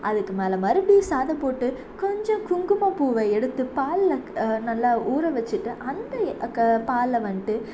அதுக்கு மேல் மறுபடியும் சாதம் போட்டு கொஞ்சம் குங்குமப்பூவை எடுத்து பாலில் நல்லா ஊற வச்சுட்டு அந்த எ க பாலை வந்துட்டு